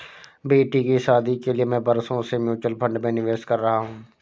बेटी की शादी के लिए मैं बरसों से म्यूचुअल फंड में निवेश कर रहा हूं